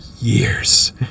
years